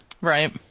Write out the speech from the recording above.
Right